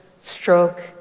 stroke